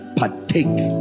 partake